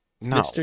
No